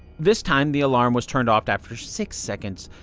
this time the alarm was turned off after six seconds.